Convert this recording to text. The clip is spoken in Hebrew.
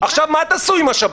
עכשיו מה תעשו עם השב"כ?